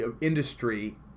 industry